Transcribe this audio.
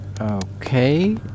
Okay